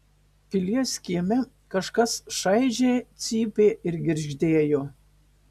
pilies kieme kažkas šaižiai cypė ir girgždėjo